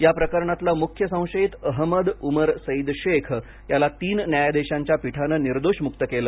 या प्रकरणातला मुख्य संशयित अहमद उमर सईद शेख याला तीन न्यायाधीशांच्या पीठानं निर्दोष मुक्त केले